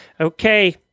Okay